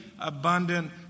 abundant